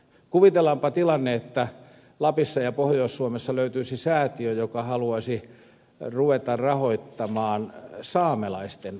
kuvitellaanpa tilanne että lapissa ja pohjois suomessa löytyisi säätiö joka haluaisi ruveta rahoittamaan saamelaisten aamutelevisiotoimintaa